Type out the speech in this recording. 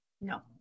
No